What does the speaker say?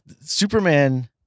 Superman